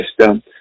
system